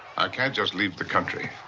can't just leave the country.